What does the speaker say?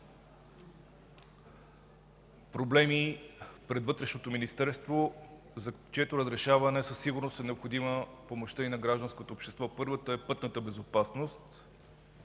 проблеми пред Вътрешното министерство, за чието разрешаване със сигурност е необходима помощта и на гражданското общество. Първата е пътната безопасност,